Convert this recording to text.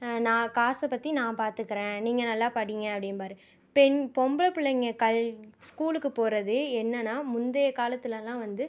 நான் காசைப் பற்றி நான் பார்த்துக்கறேன் நீங்கள் நல்லா படிங்க அப்படிம்பார் பெண் பொம்பளை பிள்ளைங்க கல் ஸ்கூலுக்கு போகிறது என்னன்னால் முந்தைய காலத்திலெலாம் வந்து